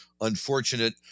unfortunate